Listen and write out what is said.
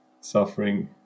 suffering